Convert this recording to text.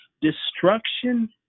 Destruction